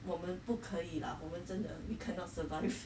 我们不可以 lah 我们真的 we cannot survive